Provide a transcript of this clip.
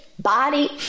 body